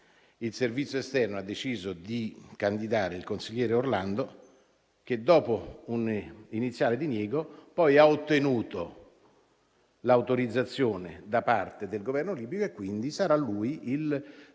il servizio esterno ha deciso di candidare il consigliere Orlando, che, dopo un iniziale diniego, ha poi ottenuto l'autorizzazione da parte del Governo libico e quindi sarà lui il futuro